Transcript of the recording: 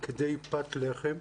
עד כדי פת לחם,